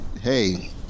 Hey